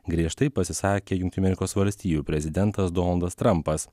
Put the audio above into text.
griežtai pasisakė jungtinių amerikos valstijų prezidentas donaldas trampas